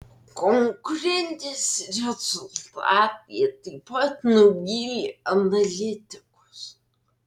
konkurentės rezultatai taip pat nuvylė analitikus